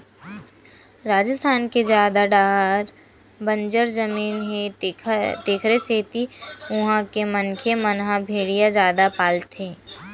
राजिस्थान के जादा डाहर बंजर जमीन हे तेखरे सेती उहां के मनखे मन ह भेड़िया जादा पालथे